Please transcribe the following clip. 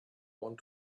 want